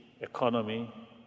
economy